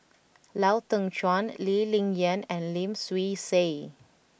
Lau Teng Chuan Lee Ling Yen and Lim Swee Say